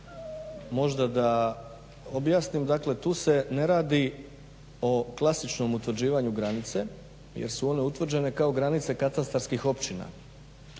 Možda da objasnim, dakle tu se ne radi o klasičnom utvrđivanju granice jer su one utvrđene kao granice katastarskih općina